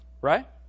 Right